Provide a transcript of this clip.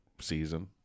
season